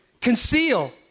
Conceal